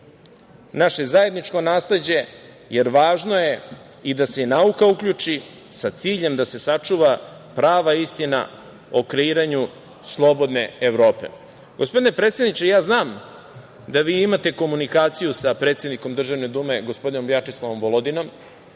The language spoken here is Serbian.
naše zajedničko nasleđe, jer važno je i da se nauka uključi sa ciljem da se sačuva prava istina o kreiranju slobodne Evrope. Gospodine predsedniče, ja znam da vi imate komunikaciju sa predsednikom Državne Dume, gospodinom Vjačeslavom Volodinom